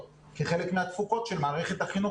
כחלק מהתפוקות של מערכת החינוך.